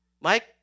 Mike